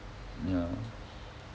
ya